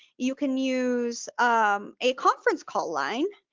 you can use um a conference call line.